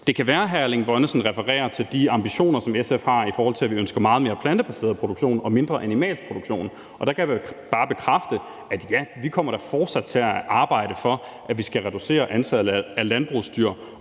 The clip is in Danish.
Det kan være, at hr. Erling Bonnesen refererer til de ambitioner, som SF har, i forhold til at vi ønsker meget mere plantebaseret produktion og mindre animalsk produktion, og der kan jeg da bare bekræfte, at ja, vi kommer da fortsat til at arbejde for, at vi skal reducere antallet af landbrugsdyr,